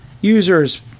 users